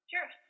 Sure